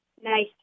nice